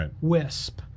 wisp